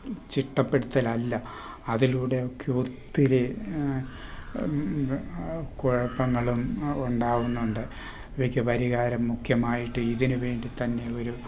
ചിട്ടപ്പെടുത്തലല്ല അതിലൂടെയൊക്കെ ഒത്തിരി കുഴപ്പങ്ങളും ഉണ്ടാവുന്നുണ്ട് ഇവയ്ക്ക് പരിഹാരം മുഖ്യമായിട്ട് ഇതിനു വേണ്ടി തന്നെയൊരു